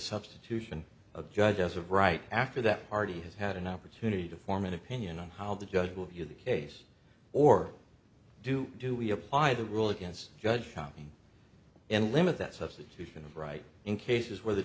substitution of judge as of right after that party has had an opportunity to form an opinion on how the judge will view the case or do do we apply the rule against judge shopping and limit that substitution of right in cases where the